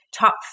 top